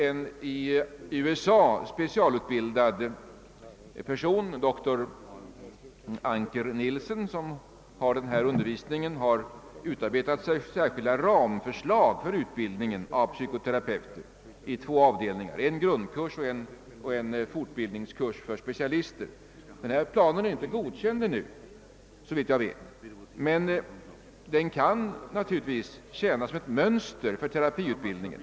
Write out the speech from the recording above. En i USA specialutbildad forskare, doktor E. Anker Nilsen, som sköter undervisningen, har utarbetat ett ramförslag för utbildning av psykoterapeuter i två avdelningar — en grundkurs och en fortbildningskurs för specialister. Denna plan är ännu inte godkänd men kan givetvis tjäna som mönster för terapiutbildningen.